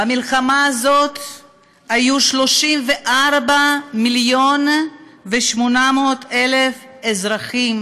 במלחמה הזאת נהרגו 34 מיליון ו-800,000 אזרחים,